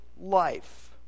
life